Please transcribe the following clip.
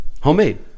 Homemade